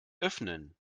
öffnen